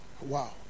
wow